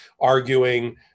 arguing